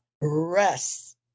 rest